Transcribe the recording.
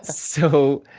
so,